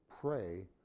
pray